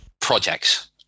projects